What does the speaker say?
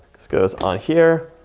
this goes on here.